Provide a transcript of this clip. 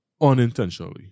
unintentionally